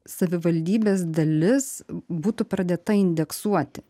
savivaldybės dalis būtų pradėta indeksuoti